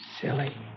Silly